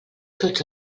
tots